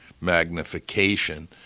magnification